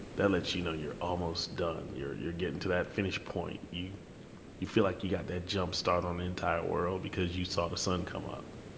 that lets you know you're almost done. you're you're getting to that finish point. you you feel like you got that jump start on the entire world because you saw the sun come up.